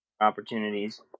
opportunities